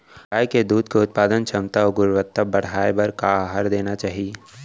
गाय के दूध के उत्पादन क्षमता अऊ गुणवत्ता बढ़ाये बर का आहार देना चाही?